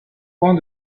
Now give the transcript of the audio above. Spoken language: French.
point